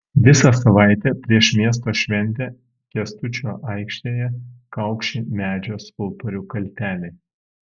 visą savaitę prieš miesto šventę kęstučio aikštėje kaukši medžio skulptorių kalteliai